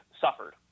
suffered